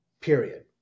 Period